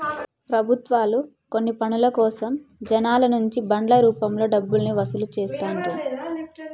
ప్రభుత్వాలు కొన్ని పనుల కోసం జనాల నుంచి బాండ్ల రూపంలో డబ్బుల్ని వసూలు చేత్తండ్రు